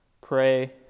pray